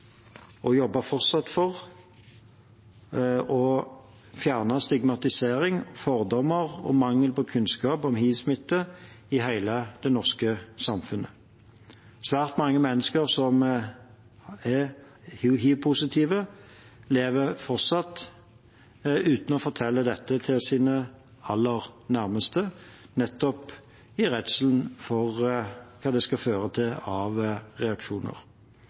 å jobbe for å fjerne stigmatisering, fordommer og mangel på kunnskap om hivsmitte i hele det norske samfunnet. Svært mange mennesker som er hivpositive, lever fortsatt uten å fortelle dette til sine aller nærmeste, nettopp i redsel for hva det skal føre til av reaksjoner.